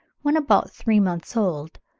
when about three months old,